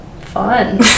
fun